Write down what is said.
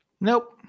nope